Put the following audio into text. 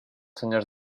senyors